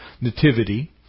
Nativity